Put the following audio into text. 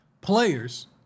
players